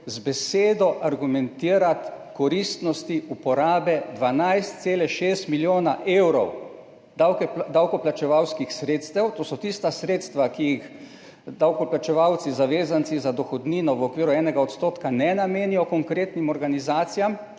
z besedo argumentirati koristnosti uporabe 12,6 milijona evrov davkoplačevalskih sredstev. To so tista sredstva, ki jih davkoplačevalci, zavezanci za dohodnino v okviru enega odstotka ne namenijo konkretnim organizacijam,